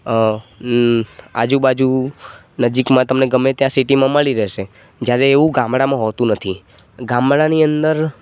આજુબાજુ નજીકમાં તમને ગમે ત્યાં સિટિમાં મળી રહેશે જ્યારે એવું ગામડામાં હોતું નથી ગામડાની અંદર